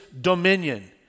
dominion